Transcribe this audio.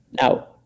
Now